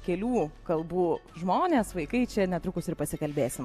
kelių kalbų žmonės vaikai čia netrukus ir pasikalbėsim